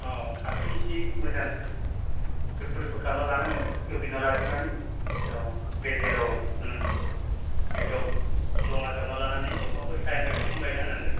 अह हाखो एसे मोजां दुफु दुफु खालामना लानांगोन एवग्लिना लाग्रोनानै औ गेजेराव ओम गेजेराव लङा जावना लानानै दंफांफोर सायानि थाखाय दंफां गायना होनांगोन